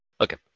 Okay